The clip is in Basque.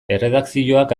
erredakzioak